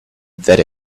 that